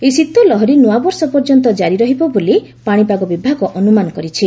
ଏହି ଶୀତଲହରୀ ନ୍ତଆ ବର୍ଷ ପର୍ଯ୍ୟନ୍ତ କାରି ରହିବ ବୋଲି ପାଶିପାଗ ବିଭାଗ ଅନ୍ତମାନ କରିଛି